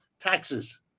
taxes